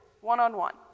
one-on-one